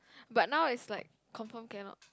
but now is like confirm cannot